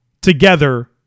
together